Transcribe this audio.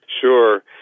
Sure